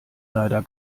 leider